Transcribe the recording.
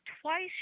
twice